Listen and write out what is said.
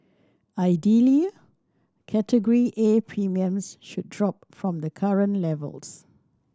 ideally Category A premiums should drop from the current levels